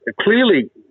Clearly